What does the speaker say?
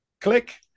click